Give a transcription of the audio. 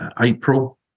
April